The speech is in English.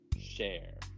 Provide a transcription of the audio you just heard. Share